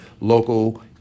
local